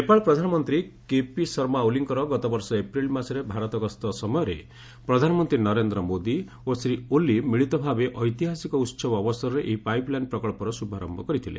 ନେପାଳ ପ୍ରଧାନମନ୍ତ୍ରୀ କେପି ଶର୍ମା ଓଲିଙ୍କର ଗତବର୍ଷ ଏପ୍ରିଲ୍ ମାସରେ ଭାରତ ଗସ୍ତ ସମୟରେ ପ୍ରଧାନମନ୍ତ୍ରୀ ନରେନ୍ଦ୍ର ମୋଦି ଓ ଶ୍ରୀ ଓଲି ମିଳିତ ଭାବେ ଐତିହାସିକ ଉହବ ଅବସରରେ ଏହି ପାଇପ୍ ଲାଇନ୍ ପ୍ରକଳ୍ପର ଶୁଭାରମ୍ଭ କରିଥିଲେ